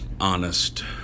honest